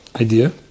idea